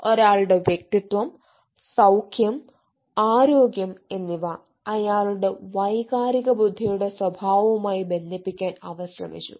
ഒരാളുടെ വ്യക്തിത്വം സൌഖ്യം ആരോഗ്യം എന്നിവ അയാളുടെ വൈകാരിക ബുദ്ധിയുടെ സ്വഭാവാവുമായി ബന്ധിപ്പിക്കാൻ അവർ ശ്രമിച്ചു